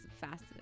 fastest